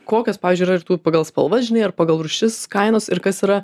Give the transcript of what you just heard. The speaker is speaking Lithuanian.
kokios pavyzdžiui yra ir tų pagal spalvas žinai ar pagal rūšis kainos ir kas yra